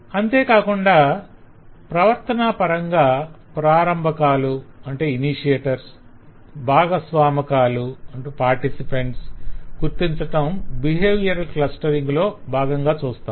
అంతే కాకుండా ప్రవర్తనాపరంగా ప్రారంభాకాలు భాగస్వామకాలను గుర్తించటం బిహేవియర్ క్లస్టరింగ్ లో భాగంగా చూస్తాం